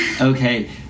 Okay